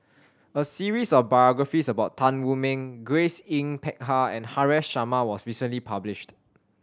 a series of biographies about Tan Wu Meng Grace Yin Peck Ha and Haresh Sharma was recently published